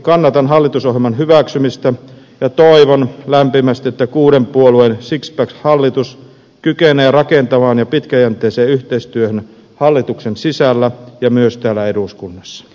kannatan hallitusohjelman hyväksymistä ja toivon lämpimästi että kuuden puolueen sixpack hallitus kykenee rakentavaan ja pitkäjänteiseen yhteistyöhön hallituksen sisällä ja myös täällä eduskunnassa